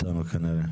בסדר.